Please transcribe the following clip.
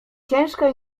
ciężka